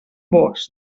vós